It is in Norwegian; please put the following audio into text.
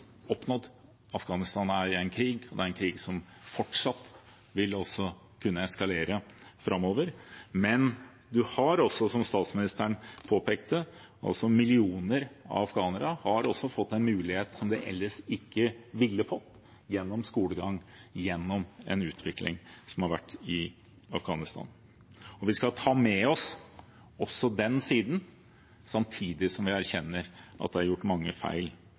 oppnådd. Afghanistan er i krig, og det er en krig som fortsatt vil kunne eskalere framover, men, som også statsministeren påpekte, millioner av afghanere har fått en mulighet de ellers ikke ville fått gjennom skolegang og gjennom den utviklingen som har vært i Afghanistan. Vi skal ta med oss også den siden, samtidig som vi erkjenner at det er gjort mange feil